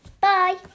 Bye